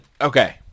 Okay